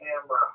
camera